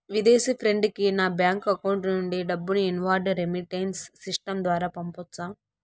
విదేశీ ఫ్రెండ్ కి నా బ్యాంకు అకౌంట్ నుండి డబ్బును ఇన్వార్డ్ రెమిట్టెన్స్ సిస్టం ద్వారా పంపొచ్చా?